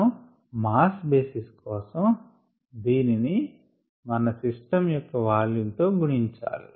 మనం mass basis కోసం దీనిని మన సిస్టం యొక్క వాల్యూమ్ తో గుణించాలి